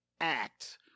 act